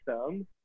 system